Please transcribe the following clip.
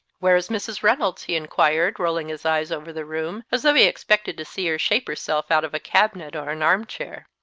where is mrs. reynolds? he inquired, rolling his eyes over the room as though he expected to see her shape herself out of a cabinet or an armchair.